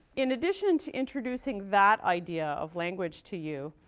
in addition to introducing that idea of language to you,